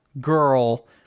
girl